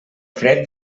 fred